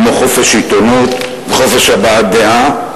כמו חופש עיתונות וחופש הבעת דעה.